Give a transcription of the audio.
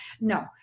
no